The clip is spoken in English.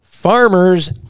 Farmers